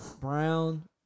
Brown